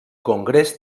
congrés